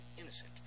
innocent